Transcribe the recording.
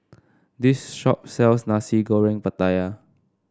this shop sells Nasi Goreng Pattaya